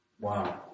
Wow